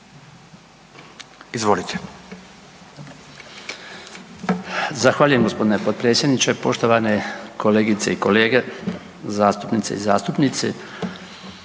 Izvolite.